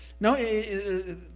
No